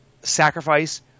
sacrifice